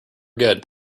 good